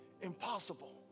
impossible